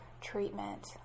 treatment